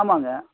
ஆமாங்க